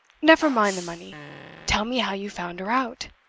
never mind the money tell me how you found her out.